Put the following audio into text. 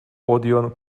odeon